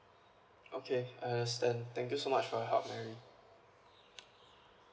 okay I understand thank you so much for your help mary